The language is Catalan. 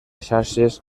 xarxes